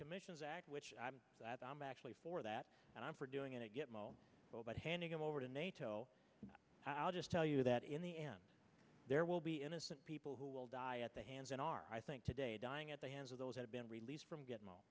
commissions act which i'm actually for that and i'm for doing it well but handing them over to nato i'll just tell you that in the end there will be innocent people who will die at the hands in our i think today dying at the hands of those who have been released from getting